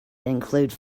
include